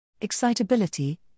Excitability